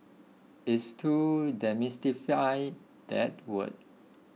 it's to demystify that word